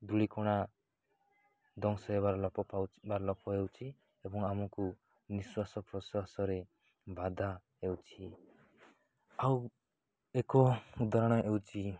ଧୂଳିିକଣା ଧ୍ଵଂସ ହେବାର ଲୋପ ପାଉଛି ବା ଲୋପ ହେଉଛିି ଏବଂ ଆମକୁ ନିଶ୍ୱାସପ୍ରଶ୍ୱାସରେ ବାଧା ହେଉଛି ଆଉ ଏକ ଉଦାହରଣ ହେଉଛି